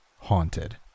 haunted